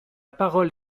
parole